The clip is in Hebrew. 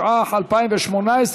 התשע"ח 2017,